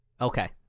Okay